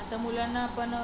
आता मुलांना पण